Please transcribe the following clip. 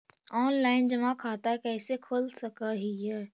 Online जमा खाता कैसे खोल सक हिय?